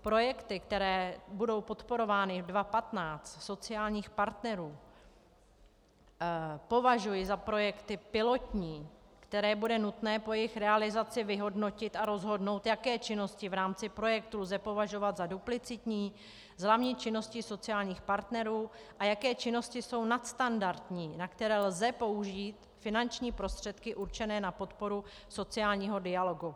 Projekty, které budou podporovány v roce 2015 sociálních partnerů považuji za projekty pilotní, které bude nutné po jejich realizaci vyhodnotit a rozhodnout, jaké činnosti v rámci projektů lze považovat za duplicitní z hlavní činnosti sociálních partnerů a jaké činnosti jsou nadstandardní, na které lze použít finanční prostředky určené na podporu sociálního dialogu.